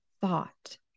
thought